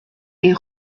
est